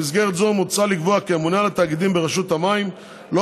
במסגרת זו מוצע לקבוע כי הממונה על התאגידים ברשות המים לא